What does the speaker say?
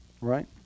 Right